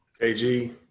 AG